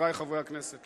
חברי חברי הכנסת,